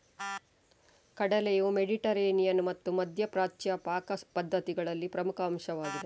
ಕಡಲೆಯು ಮೆಡಿಟರೇನಿಯನ್ ಮತ್ತು ಮಧ್ಯ ಪ್ರಾಚ್ಯ ಪಾಕ ಪದ್ಧತಿಗಳಲ್ಲಿ ಪ್ರಮುಖ ಅಂಶವಾಗಿದೆ